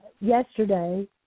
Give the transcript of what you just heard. yesterday